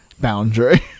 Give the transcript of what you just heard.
boundary